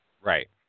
Right